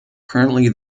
currently